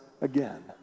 again